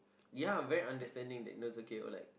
ya I'm very understanding date nose okay or like